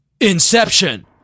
inception